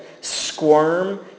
squirm